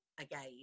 again